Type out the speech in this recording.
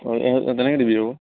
অঁ তেনেকে দিবি আকৌ